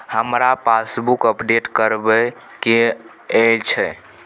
हमरा passbook update करैबे के अएछ?